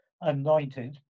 anointed